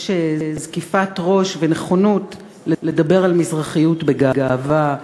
זקיפת ראש ונכונות לדבר על מזרחיות בגאווה,